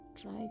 Try